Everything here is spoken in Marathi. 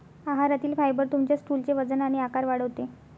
आहारातील फायबर तुमच्या स्टूलचे वजन आणि आकार वाढवते